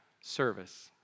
service